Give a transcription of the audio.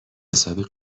حسابی